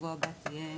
שבוע הבא תהיה